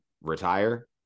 retire